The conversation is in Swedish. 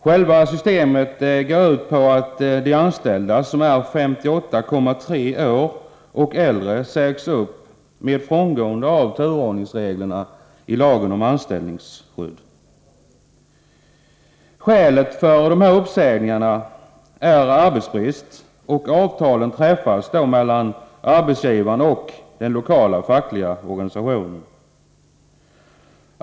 Själva systemet går ut på att de anställda som är 58,3 år och äldre sägs upp med frångående av turordningsreglerna enligt lagen om anställningsskydd. Skälet för uppsägningarna är arbetsbrist, och avtalen träffas mellan arbetsgivaren och den lokala fackliga organisationen.